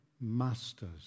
masters